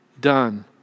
Done